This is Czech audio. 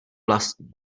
vlastní